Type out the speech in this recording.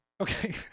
Okay